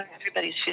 Everybody's